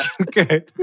Okay